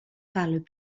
parlent